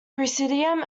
presidium